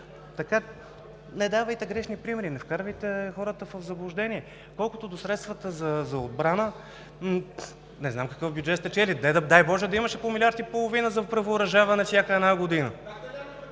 чете, не давайте грешни примери, не вкарвайте хората в заблуждение. Колкото до средствата за отбрана, не знам какъв бюджет сте чели. Дай боже, да имаше по 1,5 млрд. лв. за превъоръжаване всяка една година.